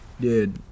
Dude